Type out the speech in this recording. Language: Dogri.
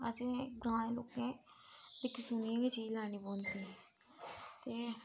असें ग्रांऽ दे लोकें दिक्खी सुनियै गै चीज लैनी पौंदी ते